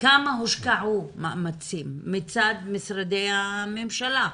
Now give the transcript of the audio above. כמה מאמצים השקיעו משרדי הממשלה.